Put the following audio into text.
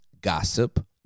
gossip